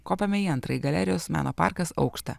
kopiame į antrąjį galerijos meno parkas aukštą